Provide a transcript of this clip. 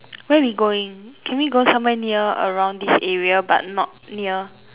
where we going can we go somewhere near around this area but not near